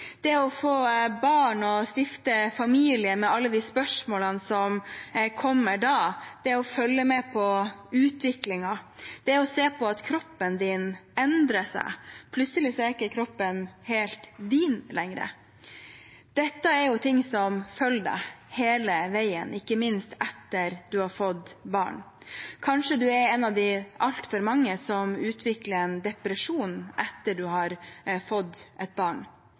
det å få barn og stifte familie, med alle de spørsmålene som kommer da, det å følge med på utviklingen, det å se på at kroppen endrer seg, plutselig er ikke kroppen helt ens egen lenger. Dette er ting som følger en hele veien, ikke minst etter at man har fått barn. Kanskje er man en av de altfor mange som utvikler en depresjon etter at man har fått et barn.